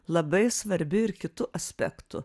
labai svarbi ir kitu aspektu